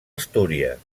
astúries